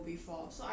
actually